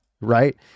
right